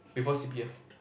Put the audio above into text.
before c_p_f